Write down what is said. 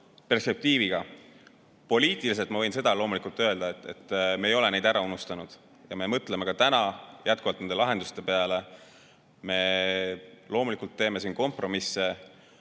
perspektiivikam. Poliitiliselt võin ma loomulikult öelda seda, et me ei ole neid ära unustanud, me mõtleme jätkuvalt nende lahenduste peale. Me loomulikult teeme siin kompromisse.